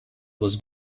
was